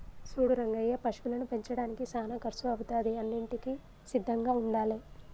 సూడు రంగయ్య పశువులను పెంచడానికి సానా కర్సు అవుతాది అన్నింటికీ సిద్ధంగా ఉండాలే